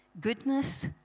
goodness